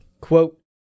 Quote